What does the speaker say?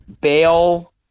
bail